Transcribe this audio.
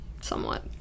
somewhat